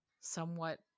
somewhat